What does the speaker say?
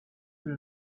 were